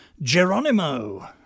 Geronimo